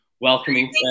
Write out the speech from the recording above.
welcoming